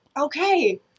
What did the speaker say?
okay